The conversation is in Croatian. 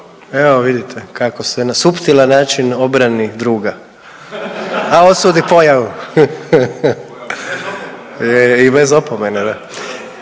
Evo, vidite se kako se na suptilan način obrani druga, a osudi pojavu. I bez opomene, da.